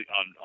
on